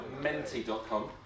menti.com